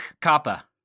kappa